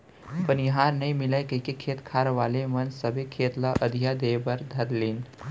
बनिहार नइ मिलय कइके खेत खार वाले मन सब खेती ल अधिया देहे बर धर लिन